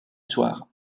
soir